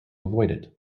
avoid